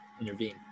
intervene